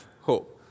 hope